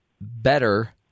better